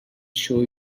show